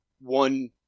one